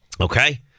Okay